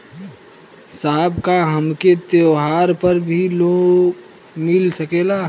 साहब का हमके त्योहार पर भी लों मिल सकेला?